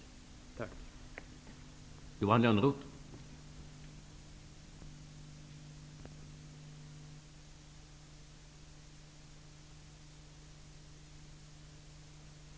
Tack!